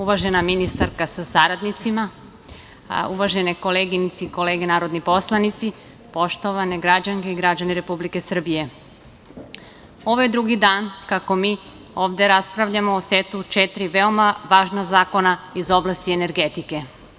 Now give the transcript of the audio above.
Uvažena ministarka sa saradnicima, uvažene koleginice i kolege narodni poslanici, poštovane građanke i građani Republike Srbije, ovo je drugi dan kako mi ovde raspravljamo o setu četiri veoma važna zakona iz oblasti energetike.